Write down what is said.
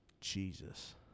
Jesus